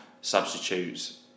substitutes